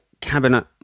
cabinet